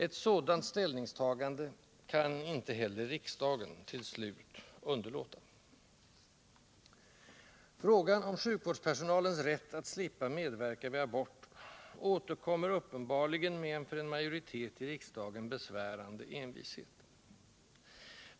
Ett sådant ställningstagande kan inte heller riksdagen till slut underlåta. Frågan om sjukvårdspersonalens rätt att slippa medverka vid aborter återkommer uppenbarligen med en för en majoritet i riksdagen besvärande envishet.